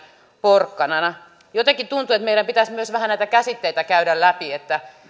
porkkanana jotenkin tuntuu että meidän pitäisi myös vähän näitä käsitteitä käydä läpi että